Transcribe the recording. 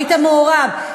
היית מעורב,